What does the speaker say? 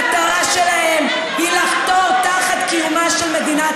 המטרה שלהם היא לחתור תחת קיומה של מדינת